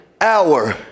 hour